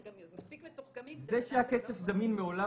גם מספיק מתוחכמים כדי לדעת --- זה שהכסף זמין מעולם